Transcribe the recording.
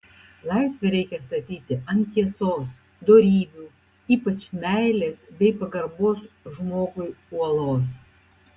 laisvę reikia statyti ant tiesos dorybių ypač meilės bei pagarbos žmogui uolos